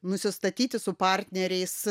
nusistatyti su partneriais